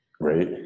Right